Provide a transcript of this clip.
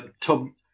Tom